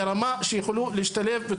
לרמה שיוכלו להשתלב.